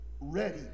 ready